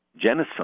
genocide